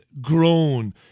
grown